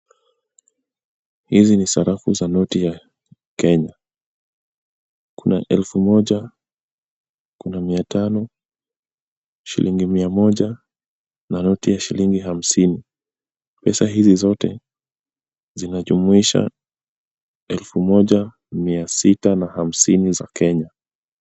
Hizi ni sarafu za noti ya Kenya, kuna elfu moja, kuna mia tano, shilingi mia moja na noti ya shilingi hamsini pesa hizi zote zinajumuisha elfu moja mia sita na hamsini za Kenya.